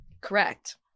Correct